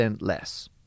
less